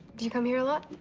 do you come here a lot?